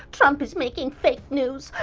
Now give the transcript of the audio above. trump is making fake news.